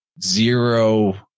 zero